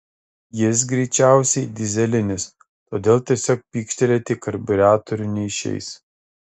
jis greičiausiai dyzelinis todėl tiesiog pykštelėti į karbiuratorių neišeis